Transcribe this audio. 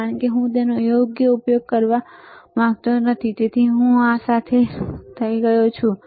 કારણ કે હું તેનો યોગ્ય ઉપયોગ કરવા માંગતો નથી તેથી હું આ સાથે થઈ ગયો છું